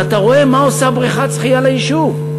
אבל אתה רואה מה עושה בריכת שחייה ליישוב,